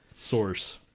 Source